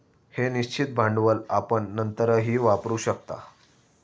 हे निश्चित भांडवल आपण नंतरही वापरू शकता